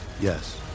Yes